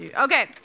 okay